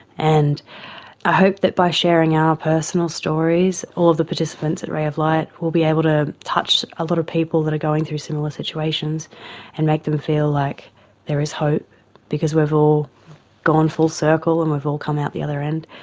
and i hope that by sharing our personal stories, all of the participants at ray of light will be able to touch a lot of people that are going through similar situations and make them feel like there is hope because we've all gone full circle and we've all come out the other end.